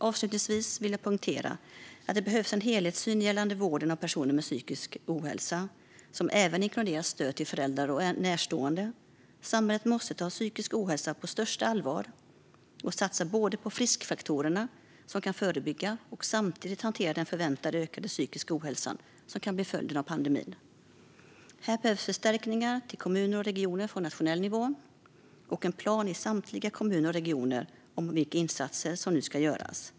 Avslutningsvis vill jag poängtera att det behövs en helhetssyn gällande vården av personer med psykisk ohälsa, som även inkluderar stöd till föräldrar och närstående. Samhället måste ta psykisk ohälsa på största allvar och både satsa på friskfaktorerna som kan förebygga och samtidigt hantera den förväntade ökade psykiska ohälsan till följd av pandemin. Här behövs förstärkningar till kommuner och regioner från nationell nivå och en plan i samtliga kommuner och regioner för vilka insatser som nu ska göras.